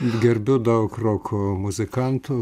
gerbiu daug roko muzikantų